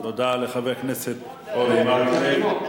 תודה לחבר הכנסת אורי מקלב.